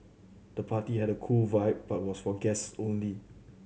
the party had a cool vibe but was for guests only